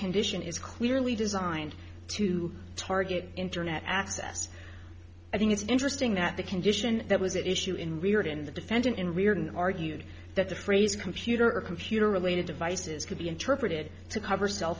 condition is clearly designed to target internet access i think it's interesting that the condition that was issue in reared in the defendant in reardon argued that the phrase computer computer related devices could be interpreted to cover cell